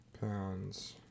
pounds